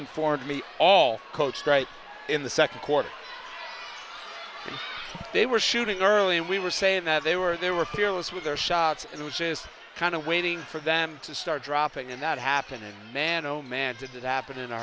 informed me all coached right in the second quarter they were shooting early and we were saying that they were there were clear it was with their shots and it was just kind of waiting for them to start dropping and that happened man oh man did that happen